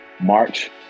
march